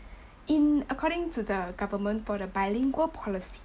in according to the government for the bilingual policy